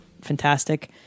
fantastic